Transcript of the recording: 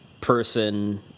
person